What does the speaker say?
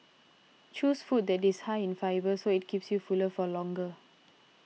choose food that is high in fibre so it keeps you fuller for longer